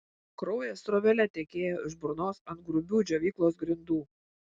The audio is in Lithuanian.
kraujas srovele tekėjo iš burnos ant grubių džiovyklos grindų